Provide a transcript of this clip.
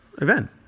event